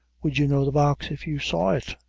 would you know the box if you saw it?